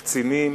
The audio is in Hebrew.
קצינים,